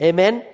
Amen